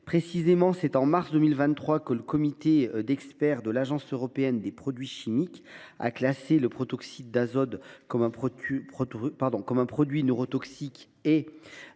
Précisément, en mars 2023, le comité d’experts de l’Agence européenne des produits chimiques a classé le protoxyde d’azote comme produit neurotoxique et